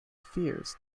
fears